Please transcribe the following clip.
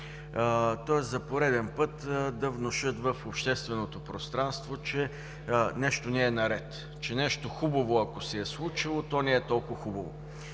тоест за пореден път да внушат в общественото пространство, че нещо не е наред, че ако се е случило нещо хубаво, то не е толкова хубаво.